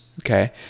okay